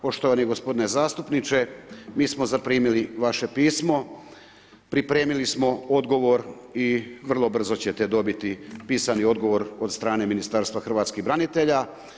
Poštovani gospodine zastupniče, mi smo zaprimili vaše pismo, pripremili smo odgovor i vrlo brzo ćete dobiti pisani odgovor od strane Ministarstva hrvatskih branitelja.